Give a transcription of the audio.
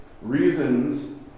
reasons